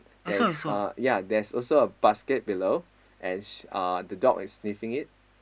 that is uh ya there is also a basket below and uh the dog is sniffing it